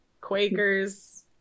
Quakers